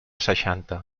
seixanta